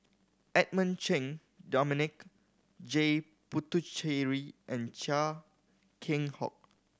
Edmund Cheng Dominic J Puthucheary and Chia Keng Hock